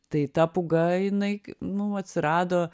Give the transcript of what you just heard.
tai ta puga jinai kai nu atsirado